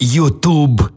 YouTube